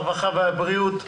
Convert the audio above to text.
הרווחה והבריאות,